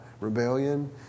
rebellion